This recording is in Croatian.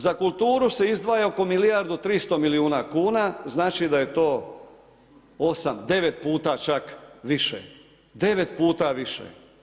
Za kulturu se izdvaja oko milijardu i 300 milijuna kuna, znači da je to 8, 9 puta čak više, 9 puta više.